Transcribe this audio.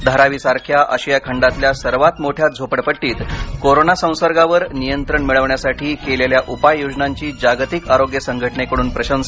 धारावीसारख्या आशिया खंडातल्या सर्वात मोठ्या झोपडपट्टीत कोरोना संसर्गावर नियंत्रण मिळवण्यासाठी केलेल्या उपाययोजनांची जागतिक आरोग्य संघटनेकडून प्रशंसा